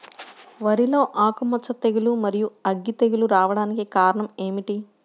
వరిలో ఆకుమచ్చ తెగులు, మరియు అగ్గి తెగులు రావడానికి కారణం ఏమిటి?